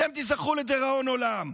אתם תיזכרו לדיראון עולם.